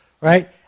right